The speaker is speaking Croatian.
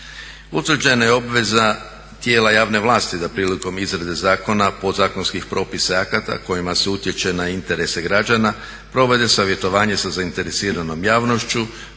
Utvrđena je obveza tijela javne vlasti da prilikom izrade zakona, podzakonskih propisa i akata kojima se utječe na interese građana provede savjetovanje sa zainteresiranom javnošću,